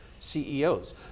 CEOs